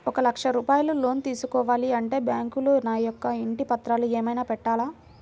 ఒక లక్ష రూపాయలు లోన్ తీసుకోవాలి అంటే బ్యాంకులో నా యొక్క ఇంటి పత్రాలు ఏమైనా పెట్టాలా?